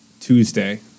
Tuesday